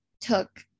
took